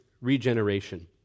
regeneration